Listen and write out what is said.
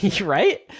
right